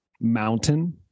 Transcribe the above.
Mountain